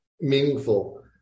meaningful